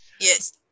Yes